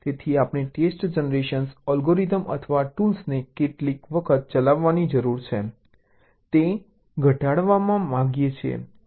તેથી આપણે test generation algorithm અથવા ટૂલને કેટલી વખત ચલાવવાની જરૂર છે તે ઘટાડવા માંગીએ છીએ